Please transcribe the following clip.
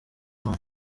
imana